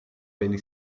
peli